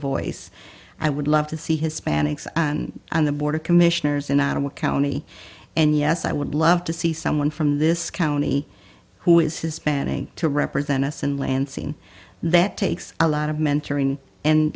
voice i would love to see hispanics on the board of commissioners in ottawa county and yes i would love to see someone from this county who is hispanic to represent us in lansing that takes a lot of mentoring and